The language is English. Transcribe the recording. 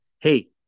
hey